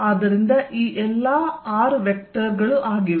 ಆದ್ದರಿಂದ ಈ ಎಲ್ಲಾ r ವೆಕ್ಟರ್ ಆಗಿದೆ